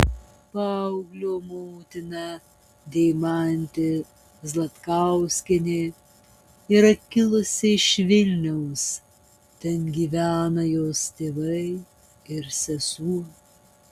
paauglio motina deimantė zlatkauskienė yra kilusi iš vilniaus ten gyvena jos tėvai ir sesuo